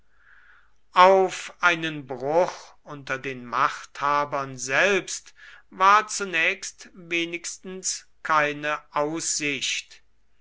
auf einen bruch unter den machthabern selbst war zunächst wenigstens keine aussicht